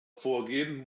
vorgehen